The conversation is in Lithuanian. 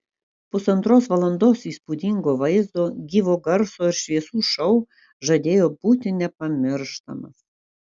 pusantros valandos įspūdingo vaizdo gyvo garso ir šviesų šou žadėjo būti nepamirštamas